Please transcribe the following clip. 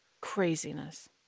Craziness